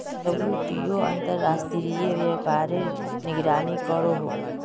WTO अंतर्राश्त्रिये व्यापारेर निगरानी करोहो